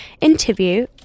interview